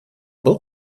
был